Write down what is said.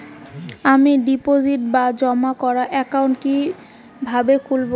আমি ডিপোজিট বা জমা করার একাউন্ট কি কিভাবে খুলবো?